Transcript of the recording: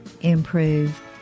improve